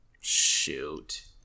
Shoot